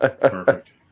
Perfect